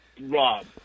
Rob